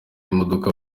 imodoka